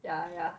yeah yeah